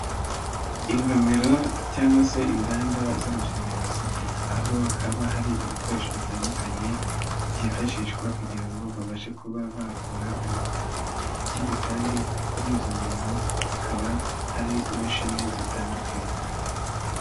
Ingomero cyangwa se inganda z'amashanyarazi, aho haba hari ibikoresho bitandukanye, byifashishwa kugira ngo babashe kuba bakora uyu muriro, ikindi kandi kuri izo ngomero hakaba hari imashini zitandukanye.